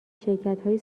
شرکتهایی